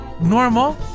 normal